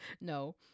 No